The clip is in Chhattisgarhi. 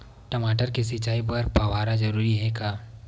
टमाटर के सिंचाई बर फव्वारा जरूरी हे का?